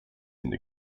into